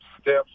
steps